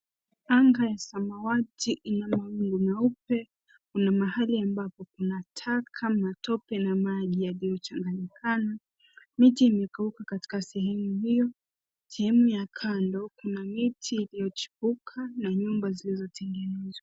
Anga ya samawati ina mawingu meupe kuna mahali ambapo kuna taka, matope na maji yaliyo changanyikana. Miti imekauka katika sehemu hiyo. Sehemu ya kando kuna miti iliyochipuka na nyumba zilizotengenezwa.